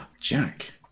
Jack